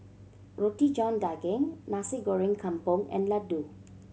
Roti John Daging Nasi Goreng Kampung and laddu